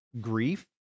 grief